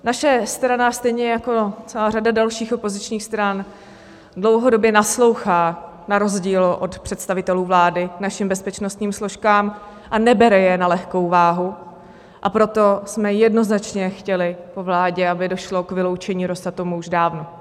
Naše strana stejně jako celá řada dalších opozičních stran dlouhodobě naslouchá na rozdíl od představitelů vlády našim bezpečnostním složkám a nebere je na lehkou váhu, a proto jsme jednoznačně chtěli po vládě, aby došlo k vyloučení Rosatomu už dávno.